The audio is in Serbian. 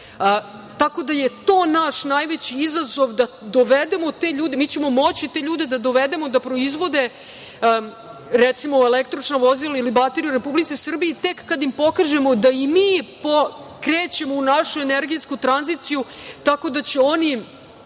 Tako da je to naš najveći izazov da dovedemo te ljude. Mi ćemo moći te ljude da dovedemo da proizvede, recimo, električna vozila ili baterije u Republici Srbiji tek kada im pokažemo da i mi krećemo u našu energetsku tranziciju tako da će oni